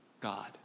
God